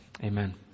amen